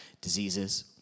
diseases